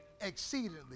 exceedingly